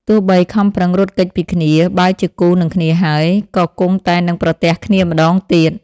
ទោះបីខំប្រឹងរត់គេចពីគ្នា បើជាគូនឹងគ្នាហើយ ក៏គង់តែនឹងប្រទះគ្នាម្តងទៀត។